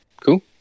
cool